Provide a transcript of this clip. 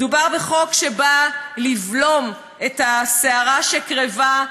מדובר בחוק שנועד לבלום את הסערה שקרבה,